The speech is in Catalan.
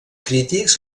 crítics